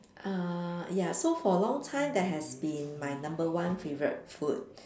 uh ya so for long time that has been my number one favourite food